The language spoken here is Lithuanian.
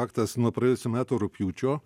aktas nuo praėjusių metų rugpjūčio